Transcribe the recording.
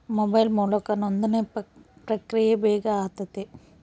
mobile ಮೂಲಕ ನೋಂದಣಿ ಪ್ರಕ್ರಿಯೆ ಬೇಗ ಆತತೆ